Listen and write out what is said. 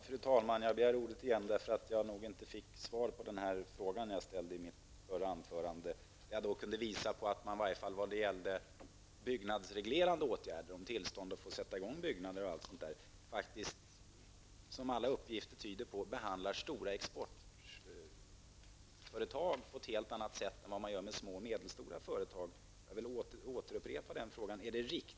Fru talman! Jag begärde ordet därför att jag inte fick svar på den fråga som jag ställde i mitt förra anförande. När det gäller byggnadsreglerande åtgärder, t.ex. tillstånd att få sätta i gång byggandet, tyder alla uppgifter på att man behandlar stora exportföretag på ett helt annat sätt än små och medelstora.